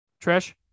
Trish